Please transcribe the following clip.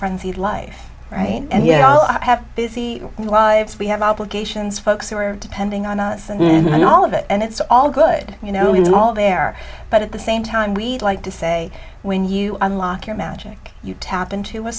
frenzied life and you know i'll have busy lives we have obligations folks who are depending on us and you know all of it and it's all good you know in the mall there but at the same time we'd like to say when you unlock your magic you tap into a